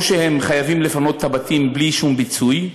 או שהם חייבים לפנות את הבתים בלי שום פיצוי,